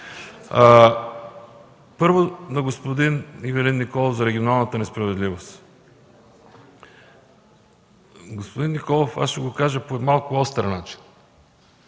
Първо – на господин Ивелин Николов, за регионалната несправедливост. Господин Николов, аз ще го кажа по малко остър начин.